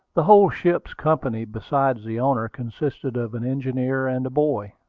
the whole ship's company besides the owner, consisted of an engineer and a boy.